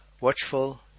watchful